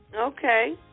okay